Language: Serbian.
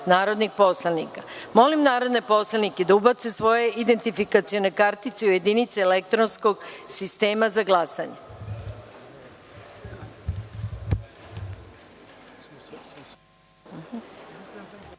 narodnih poslanika. Molim narodne poslanike da ubace svoje identifikacione kartice u jedinice elektronskog sistema za